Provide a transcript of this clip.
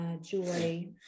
joy